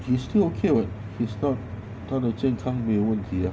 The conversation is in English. is still okay what he's not 他的健康没有问题啊